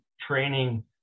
training